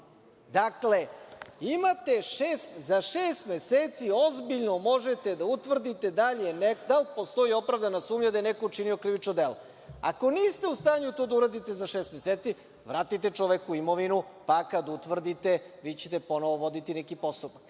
za šest meseci ozbiljno možete da utvrdite da li postoji opravdana sumnja da je neko učinio krivično delo. Ako niste u stanju to da uradite za šest meseci, vratite čoveku imovinu, pa kada utvrdite, vi ćete ponovo voditi neki postupak. Dakle,